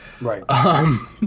Right